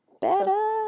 better